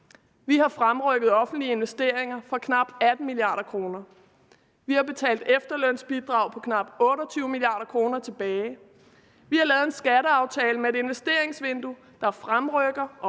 Vi har fremrykket offentlige investeringer for knap 18 mia. kr., vi har betalt efterlønsbidrag på knap 28 mia. kr. tilbage, vi har lavet en skatteaftale med et investeringsvindue, der fremrykker og øger private investeringer